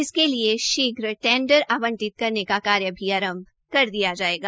इसके लिये शीघ्र टेंडर आंवटित करने का काम भी आरंभ कर दिया जायेगा